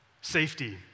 Safety